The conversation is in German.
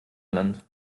land